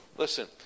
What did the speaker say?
Listen